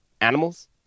animals